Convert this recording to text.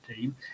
team